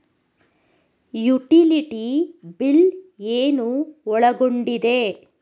Utility bill ಏನು ಒಳಗೊಂಡಿದೆ?